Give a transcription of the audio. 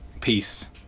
peace